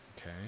Okay